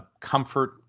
comfort